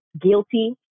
guilty